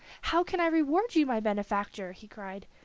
how can i reward you, my benefactor? he cried.